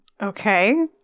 Okay